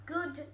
Good